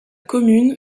commune